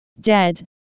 Dead